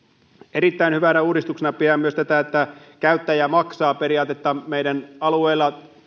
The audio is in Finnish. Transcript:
erittäin hyvänä uudistuksena pidän myös tätä käyttäjä maksaa periaatetta meidän alueellamme